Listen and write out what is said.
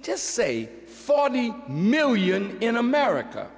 just say forty million in america